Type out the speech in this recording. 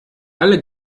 alle